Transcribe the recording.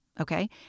okay